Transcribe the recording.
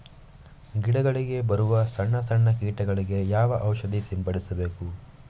ಗಿಡಗಳಿಗೆ ಬರುವ ಸಣ್ಣ ಸಣ್ಣ ಕೀಟಗಳಿಗೆ ಯಾವ ಔಷಧ ಸಿಂಪಡಿಸಬೇಕು?